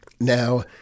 Now